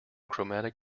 chromatic